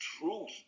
truth